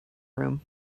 room